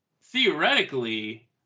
Theoretically